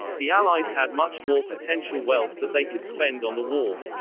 the allies had much more potential wealth that they could spend on the war.